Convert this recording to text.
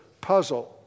puzzle